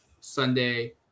Sunday